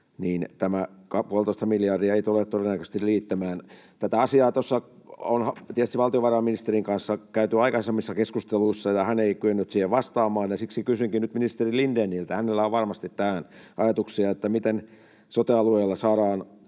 niin tämä puolitoista miljardia ei tule todennäköisesti riittämään. Tätä asiaa on tietysti valtionvarainministerin kanssa käyty aikaisemmissa keskusteluissa, ja hän ei kyennyt siihen vastaamaan, ja siksi kysynkin nyt ministeri Lindéniltä — hänellä on varmasti tähän ajatuksia: Miten sote-alueilla saadaan